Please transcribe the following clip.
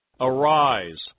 Arise